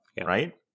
right